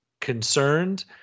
concerned